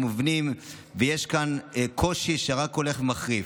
ויש כאן קושי שרק הולך ומחריף.